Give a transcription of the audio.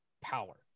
power